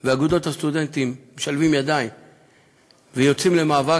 ואגודות הסטודנטים משלבות ידיים ויוצאים למאבק,